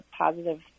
positive